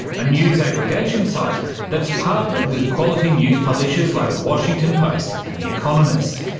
a news aggregation site that's partnered with quality news publishers like the washington post and the economist.